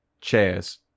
chairs